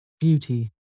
Beauty